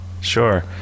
sure